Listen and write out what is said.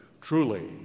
Truly